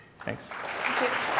Thanks